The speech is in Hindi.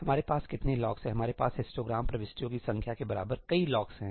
हमारे पास कितने लॉक्स हैं हमारे पास हिस्टोग्राम प्रविष्टियों की संख्या के बराबर कई लॉक्स हैं